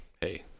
Hey